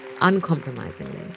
uncompromisingly